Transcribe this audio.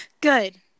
good